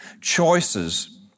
Choices